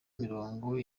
mirongo